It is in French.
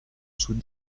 sous